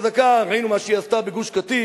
ראינו מה שהיא עשתה בגוש-קטיף,